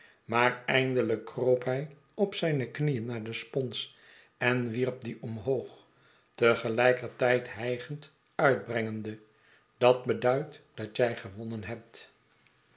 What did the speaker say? maar eindelijk kroop hij op zijne knieen naar de spons en wierp die omhoog te gelijker tijd hijgend uitbrengende dat beduidt dat jij gewonnen hebt